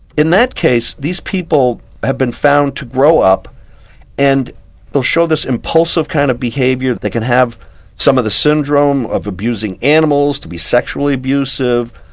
in that case these these people have been found to grow up and they'll show this impulsive kind of behaviour, they can have some of the syndrome of abusing animals, to be sexually abusive,